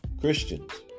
Christians